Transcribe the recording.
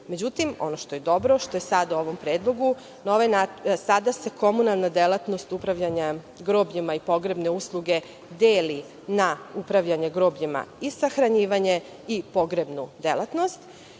Međutim, ono što je dobro, što je sada u ovom predlogu, sada se komunalna delatnost upravljanja grobljima i pogrebne usluge deli na upravljanje grobljima i sahranjivanje i pogrebnu delatnost